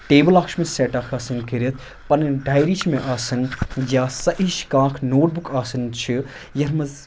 table اَکھ چھُ مےٚ سٮ۪ٹ اَکھ آسان کٔرِتھ پَنٕنۍ ڈایری چھِ مےٚ آسان یا سۄ ہِش کانٛہہ اَکھ نوٹ بُک آسان چھِ یَتھ منٛز